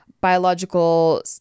biological